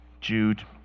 Jude